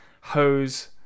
hose